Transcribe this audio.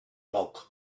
bulk